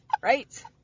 Right